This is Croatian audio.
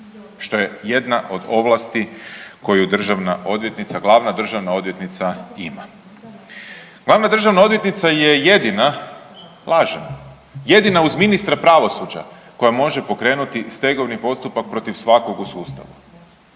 što je jedna od ovlasti koji Državna odvjetnica, Glavna državna odvjetnica ima. Glavna državna odvjetnica je jedina, lažem, jedina uz Ministara pravosuđa koja može pokrenuti stegovni postupak protiv svakog u sustavu,